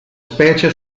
specie